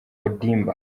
ondimba